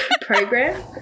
program